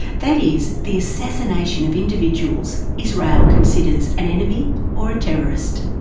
that is, the assassination of individuals israel considers an enemy or a terrorist.